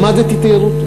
למדתי תיירות,